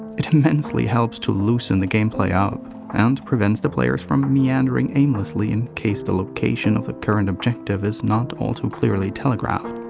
it immensely helps to loosen the gameplay up and prevents the players from meandering aimlessly in case the location of the current objective is not all too clearly telegraphed.